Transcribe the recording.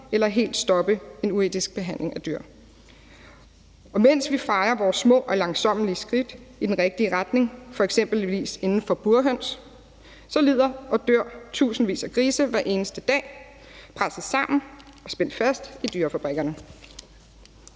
eller helt stoppe en uetisk behandling af dyr. Og mens vi fejrer vores små og langsommelige skridt i den rigtige retning, eksempelvis inden for burhøns, så lider og dør tusindvis af grise hver eneste dag presset sammen og spændt fast i dyrefabrikkerne.